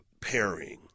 pairing